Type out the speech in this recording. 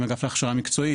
עם האגף להכשרה מקצועית,